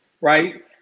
right